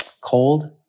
cold